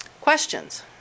Questions